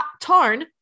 Tarn